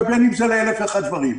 ובין אם לאלף ואחד דברים.